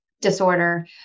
disorder